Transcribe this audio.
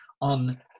on